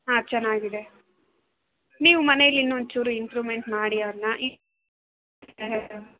ಹಾಂ ಚೆನ್ನಾಗಿದೆ ನೀವು ಮನೇಲಿ ಇನ್ನೊಂಚೂರು ಇಂಪ್ರೂವ್ಮೆಂಟ್ ಮಾಡಿ ಅವನ್ನ